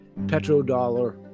petrodollar